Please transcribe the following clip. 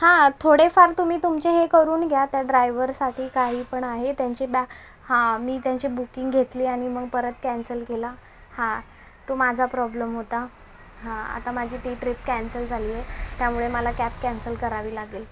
हां थोडेफार तुम्ही तुमचे हे करून घ्या त्या ड्रायव्हरसाठी काही पण आहे त्यांची बॅ हां मी त्यांची बुकिंग घेतली आणि मग परत कॅन्सल केली हां तो माझा प्रॉब्लेम होता हां आता माझी ती ट्रिप कॅन्सल झाली आहे त्यामुळे मला कॅब कॅन्सल करावी लागेल